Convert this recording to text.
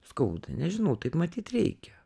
skauda nežinau taip matyt reikia